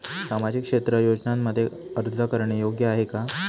सामाजिक क्षेत्र योजनांमध्ये अर्ज करणे योग्य आहे का?